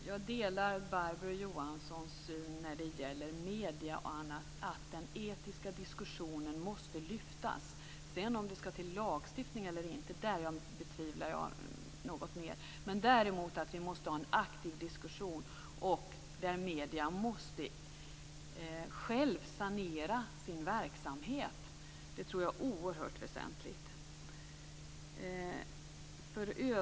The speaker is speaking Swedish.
Herr talman! Jag delar Barbro Johanssons syn på bl.a. mediernas roll. Den etiska diskussionen måste lyftas fram. Om det skall till lagstiftning eller inte för detta är en annan fråga. Däremot måste vi föra en aktiv diskussion, och medierna måste själva sanera sin verksamhet. Jag tror att det är oerhört väsentligt.